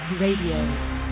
radio